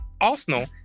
Arsenal